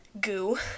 goo